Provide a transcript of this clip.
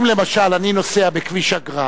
אם למשל אני נוסע בכביש אגרה,